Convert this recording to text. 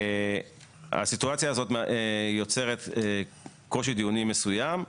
הסיטואציה הזאת יוצרת קושי דיוני מסוים.